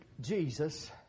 Jesus